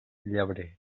llebrer